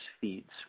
feeds